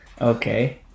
Okay